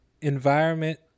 environment